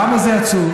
למה זה עצוב?